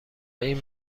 این